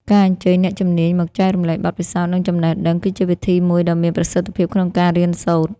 ការអញ្ជើញអ្នកជំនាញមកចែករំលែកបទពិសោធន៍ និងចំណេះដឹង គឺជាវិធីមួយដ៏មានប្រសិទ្ធភាពក្នុងការរៀនសូត្រ។